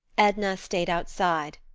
edna stayed outside,